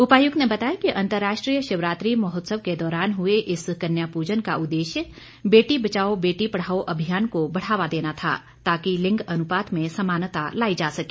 उपायुक्त ने बताया कि अंतर्राष्ट्रीय शिवरात्रि महोत्सव के दौरान हुए इस कन्या पूजन का उद्देश्य बेटी बचाओ बेटी पढ़ाओ अभियान को बढ़ावा देना था ताकि लिंग अनुपात में समानता लाई जा सके